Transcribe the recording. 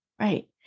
Right